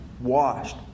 washed